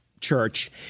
church